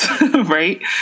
right